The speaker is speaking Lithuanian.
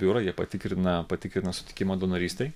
biurą jie patikrina patikrina sutikimą donorystei